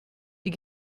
die